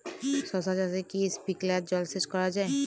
শশা চাষে কি স্প্রিঙ্কলার জলসেচ করা যায়?